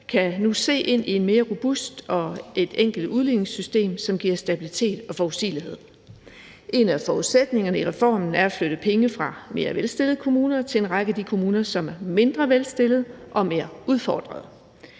styre se ind i et mere robust og enkelt udligningssystem, som giver stabilitet og forudsigelighed. Et af elementerne i reformen er at flytte penge fra mere velstillede kommuner til en række af de kommuner, som er mindre velstillede og mere udfordrede.